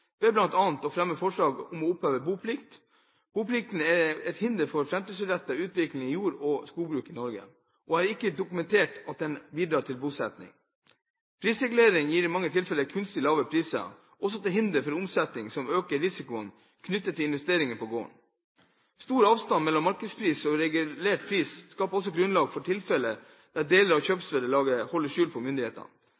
ved bl.a. å fremme forslag om å oppheve boplikt. Boplikten er til hinder for framtidsrettet utvikling av jord- og skogbruk i Norge, og det er ikke dokumentert at den bidrar til bosetting. Prisreguleringen gir i mange tilfeller kunstig lave priser og er til hinder for omsetning og øker risikoen knyttet til investeringer på gården. Stor avstand mellom markedspris og regulert pris skaper også et grunnlag for tilfeller der deler av